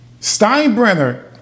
Steinbrenner